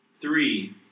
Three